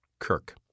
Kirk